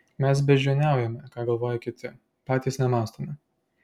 mes beždžioniaujame ką galvoja kiti patys nemąstome